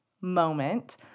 moment